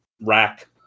rack